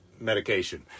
medication